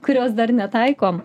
kurios dar netaikom